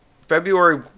February